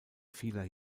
vieler